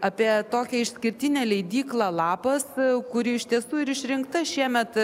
apie tokią išskirtinę leidyklą lapas kuri iš tiesų ir išrinkta šiemet